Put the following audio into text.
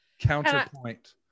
Counterpoint